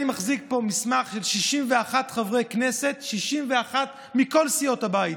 אני מחזיק פה מסמך של 61 חברי כנסת מכל סיעות הבית,